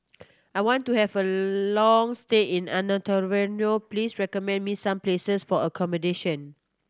I want to have a long stay in Antananarivo please recommend me some places for accommodation